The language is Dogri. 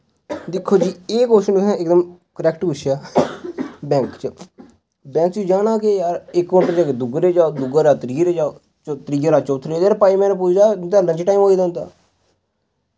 दिक्खो जी एह् कोशन तुसें इकदम करैक्ट पुच्छेआ बैंक च बैंक च जाना केह् यार इक दिन र दुऐ रोज़ जाओ दुए रोज़ त्रीए जाओ त्रीए चौत्थै रोज जा पंजमें रोज पुजचै उंदा लंच टाईम होई दा होंदा